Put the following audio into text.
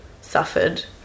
suffered